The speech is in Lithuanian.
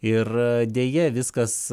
ir deja viskas